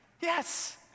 yes